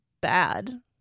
bad